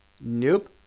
Nope